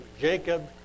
Jacob